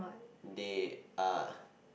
they are